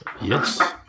Yes